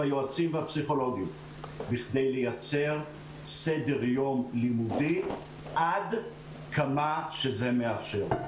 היועצים והפסיכולוגים בשביל לייצר סדר יום לימודי עד כמה שמתאפשר.